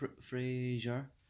Fraser